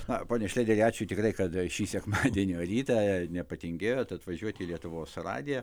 na pone šlėderi ačiū tikrai kad šį sekmadienio rytą nepatingėjot atvažiuoti į lietuvos radiją